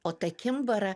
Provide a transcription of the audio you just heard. o ta kimbarą